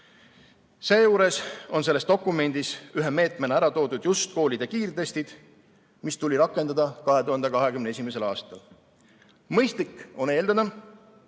Seejuures on selles dokumendis ühe meetmena ära toodud just koolide kiirtestid, mille [kasutamine] tuli rakendada 2021. aastal. Mõistlik on eeldada,